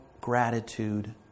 gratitude